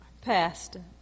pastor